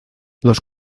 los